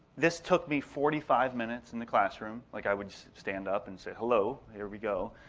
this took me forty five minutes in the classroom. like i would stand up and say hello, here we go.